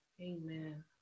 Amen